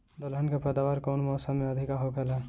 दलहन के पैदावार कउन मौसम में अधिक होखेला?